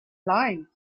line